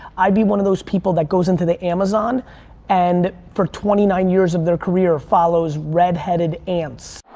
i'd be one of those people that goes into the amazon and for twenty nine years of their career, follows redheaded ants.